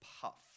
puff